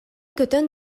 көтөн